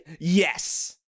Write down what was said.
Yes